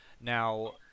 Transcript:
Now